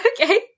okay